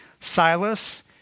Silas